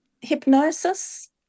hypnosis